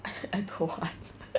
I I don't want